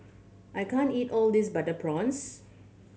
I can't eat all of this butter prawns